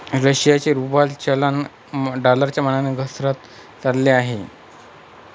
रशियाचे रूबल चलन डॉलरच्या मानाने घसरत चालले आहे